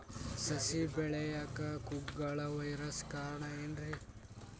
ಸಸಿ ಬೆಳೆಯಾಕ ಕುಗ್ಗಳ ವೈರಸ್ ಕಾರಣ ಏನ್ರಿ?